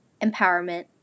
empowerment